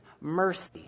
mercy